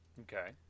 Okay